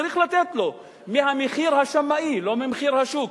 וצריך לתת לו ממחיר השמאי לא ממחיר השוק.